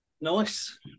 Nice